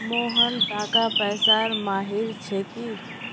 मोहन टाका पैसार माहिर छिके